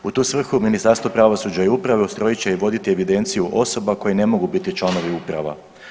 U tu svrhu Ministarstvo pravosuđa i uprave ustrojit će i voditi evidenciju osoba koji ne mogu biti članovi uprava.